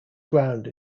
ground